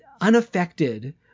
unaffected